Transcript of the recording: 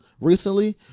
recently